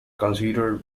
considered